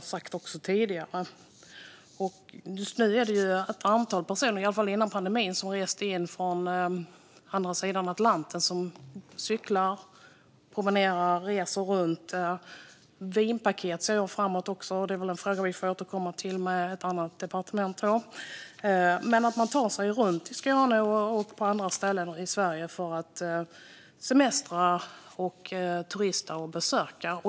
I alla fall före pandemin var det ett antal personer som reste in från andra sidan Atlanten och cyklade, promenerade och reste runt. Vinpaket ser jag också framför mig; det är väl en fråga som vi får återkomma till med ett annat departement. Man tar sig runt i Skåne och på andra ställen i Sverige för att semestra, turista och besöka.